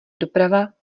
doprava